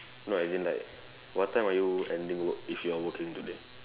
no I mean like what time are you ending work if you're working today